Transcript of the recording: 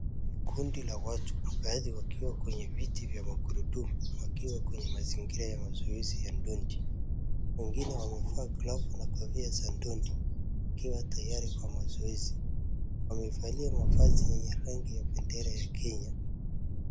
Ni kundi la watu baadhi wakiwa kwenye viti vya magurudumu wakiwa kwenye mazingira ya mazoezi ya dondi. Wengine wamevaa glavu na kofia za dondi wakiwa tayari kwa mazoezi. Wamevalia mavazi yenye rangi ya bendera ya Kenya.